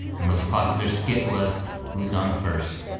their most popular skit was who's on first?